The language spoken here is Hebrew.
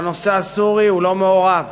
בנושא הסורי הוא לא מעורב,